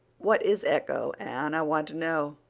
what is echo, anne i want to know.